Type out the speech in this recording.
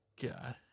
God